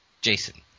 Jason